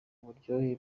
uburyohe